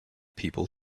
people